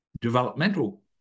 developmental